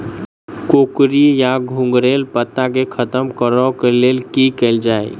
कोकरी वा घुंघरैल पत्ता केँ खत्म कऽर लेल की कैल जाय?